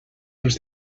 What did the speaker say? dels